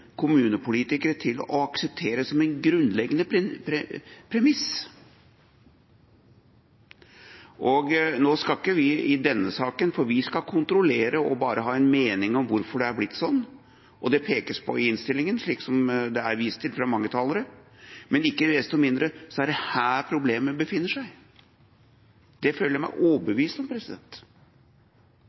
kommunepolitikere til å akseptere som en grunnleggende premiss. Vi skal ikke gjøre annet i denne saken enn å kontrollere og bare ha en mening om hvorfor det er blitt sånn. Det pekes på i innstillingen, slik som det er vist til fra mange talere, men ikke desto mindre er det her problemet befinner seg. Det føler jeg meg overbevist om.